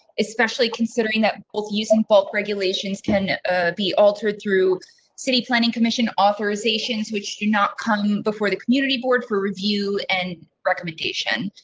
especially considering that both using bulk regulations can be altered through city planning commission authorizations, which do not come before the community board for review and recommendation.